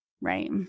right